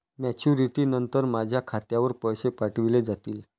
Maturity नंतर माझ्या खात्यावर पैसे पाठविले जातील?